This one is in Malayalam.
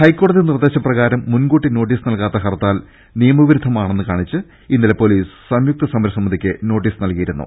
ഹൈക്കോടതി നിർദേശ പ്രകാരം മുൻകൂട്ടി നോട്ടീസ് നൽകാത്ത ഹർത്താൽ നിയ മവിരുദ്ധമാണെന്ന് കാണിച്ച് ഇന്നലെ പൊലീസ് സംയുക്ത സമരസമിതിക്ക് നോട്ടീസ് നൽകിയിരുന്നു